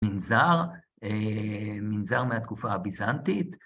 ‫מנזר, אה... מנזר מהתקופה הביזנטית.